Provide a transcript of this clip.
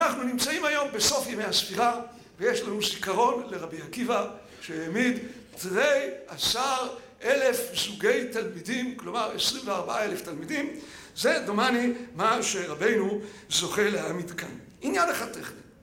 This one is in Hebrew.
אנחנו נמצאים היום בסוף ימי הספירה, ויש לנו זיכרון לרבי עקיבא שהעמיד תרי עשר אלף סוגי תלמידים, כלומר עשרים וארבעה אלף תלמידים, זה דומני מה שרבינו זוכה להעמיד כאן. עניין אחד תיכף